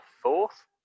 fourth